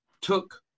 took